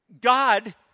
God